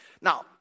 Now